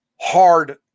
hard